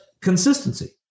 consistency